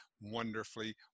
wonderfully